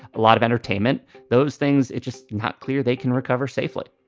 a lot of entertainment. those things, it's just not clear they can recover safely